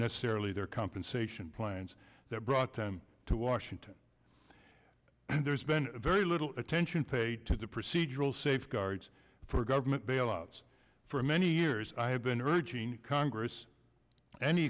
necessarily their compensation plans that brought them to washington and there's been very little attention paid to the procedural safeguards for government bailouts for many years i have been urging congress an